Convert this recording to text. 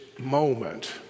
moment